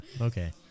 okay